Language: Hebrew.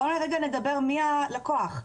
בוא נדבר מי הלקוח.